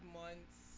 months